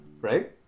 right